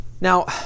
Now